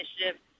initiative